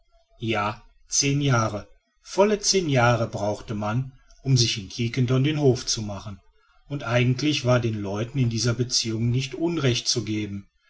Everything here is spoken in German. ja zehn jahre volle zehn jahre brauchte man um sich in quiquendone den hof zu machen und eigentlich war den leuten in dieser beziehung nicht unrecht zu geben